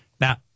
Now